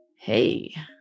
Hey